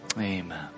amen